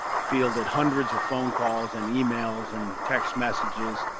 fielded hundreds of phone calls and emails and text messages,